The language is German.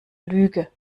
lüge